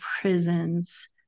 prisons